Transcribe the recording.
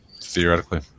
Theoretically